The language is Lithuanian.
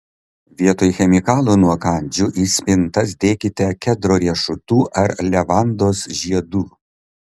vietoj chemikalų nuo kandžių į spintas dėkite kedro riešutų ar levandos žiedų